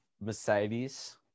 Mercedes